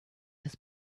his